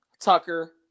Tucker